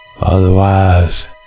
Otherwise